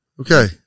Okay